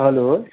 hello